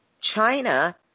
China